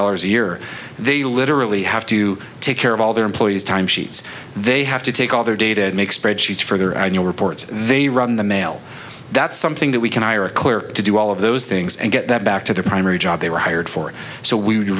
dollars a year they literally have to take care of all their employees time sheets they have to take all their data and make spreadsheets further on your reports they run the mail that's something that we can hire a clear to do all of those things and get that back to their primary job they were hired for so we would